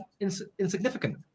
insignificant